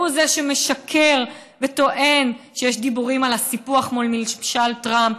הוא משקר וטוען שיש דיבורים על הסיפוח מול ממשל טראמפ,